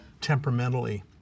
temperamentally